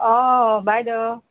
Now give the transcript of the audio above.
অ' বাইদেউ